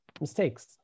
mistakes